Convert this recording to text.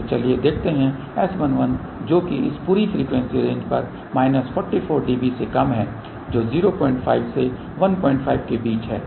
तो चलिए देखते हैं S11 जो कि इस पूरी फ्रीक्वेंसी रेंज पर माइनस 44 dB से कम है जो 05 से 15 के बीच है